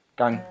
gang